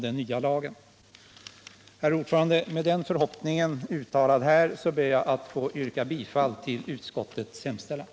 Herr talman! Med den förhoppningen ber jag att få yrka bifall till utskottets hemställan.